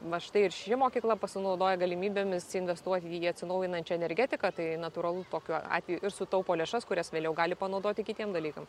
va štai ir ši mokykla pasinaudojo galimybėmis investuoti į atsinaujinančią energetiką tai natūralu tokiu atveju ir sutaupo lėšas kurias vėliau gali panaudoti kitiem dalykam